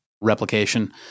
replication